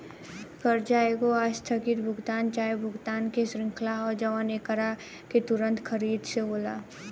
कर्जा एगो आस्थगित भुगतान चाहे भुगतान के श्रृंखला ह जवन एकरा के तुंरत खरीद से होला